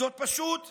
זאת פשוט בושה.